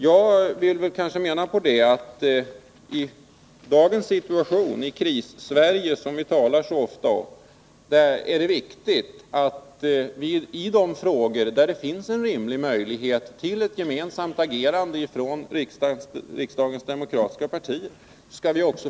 Jag menar att det i dagens situation — i Krissverige, som vi talar så ofta om — är viktigt att riksdagens demokratiska partier agerar gemensamt där det finns en rimlig möjlighet till det.